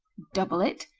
double it,